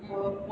mmhmm